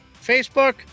Facebook